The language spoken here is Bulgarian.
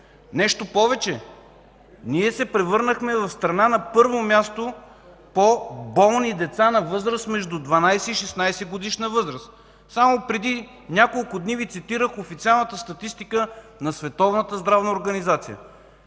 Нещо повече, ние се превърнахме в страна на първо място по болни деца на възраст между 12- и 16-годишна възраст. Само преди няколко дни Ви цитирах официалната статистика на